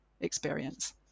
experience